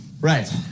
Right